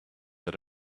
that